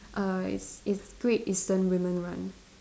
err it's it's Great Eastern women run